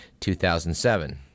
2007